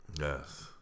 Yes